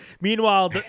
Meanwhile